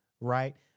right